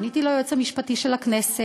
פניתי ליועץ המשפטי של הכנסת,